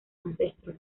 ancestros